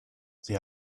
sie